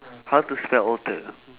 how to spell alter